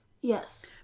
Yes